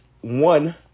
One